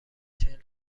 چهل